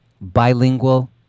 bilingual